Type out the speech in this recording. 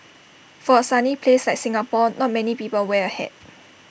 for A sunny place like Singapore not many people wear A hat